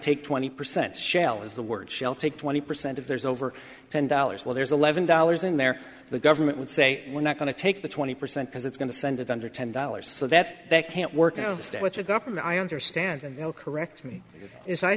take twenty percent shell is the word shall take twenty percent of there's over ten dollars well there's eleven dollars in there the government would say we're not going to take the twenty percent because it's going to send it under ten dollars so that they can't work out what the government i understand and correct me is i